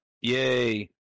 Yay